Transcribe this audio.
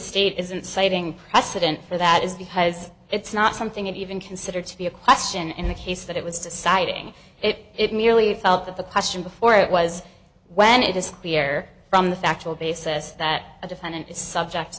state isn't citing precedent for that is because it's not something you even consider to be a question in the case that it was deciding it merely felt that the question before it was when it is clear from the factual basis that a defendant is subject